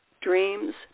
dreams